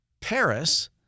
Paris